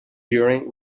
during